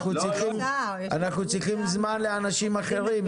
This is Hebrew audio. אנחנו צריכים זמן לאנשים אחרים,